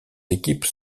équipes